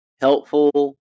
Helpful